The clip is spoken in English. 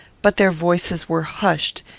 but their voices were hushed,